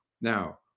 Now